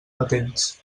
patents